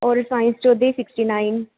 ਔਰ ਸਾਇੰਸ 'ਚ ਉਹਦੇ ਸਿਕਸਟੀ ਨਾਈਨ